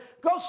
go